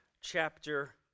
chapter